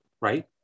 right